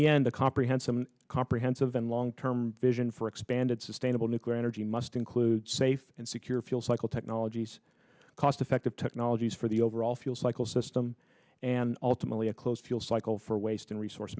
the end a comprehensive comprehensive and long term vision for expanded sustainable nuclear energy must include safe and secure fuel cycle technologies cost effective technologies for the overall fuel cycle system and ultimately a closed fuel cycle for waste and resource